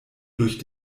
durch